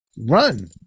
Run